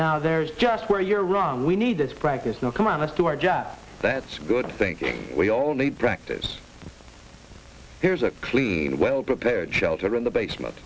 now there's just where you're wrong we need this practice no come on us do our job that's good thinking we all need practice here's a clean well prepared shelter in the basement